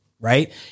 Right